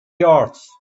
yards